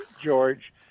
George